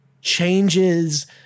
changes